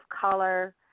color